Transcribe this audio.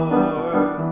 Lord